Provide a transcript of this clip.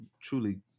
truly